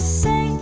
say